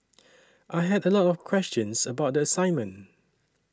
I had a lot of questions about the assignment